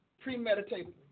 premeditated